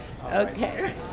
Okay